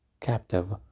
captive